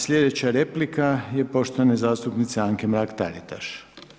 Slijedeća replika je poštovane zastupnice Anke Mrak-Taritaš.